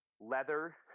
leather